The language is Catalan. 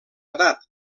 edat